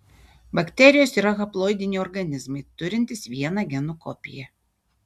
bakterijos yra haploidiniai organizmai turintys vieną genų kopiją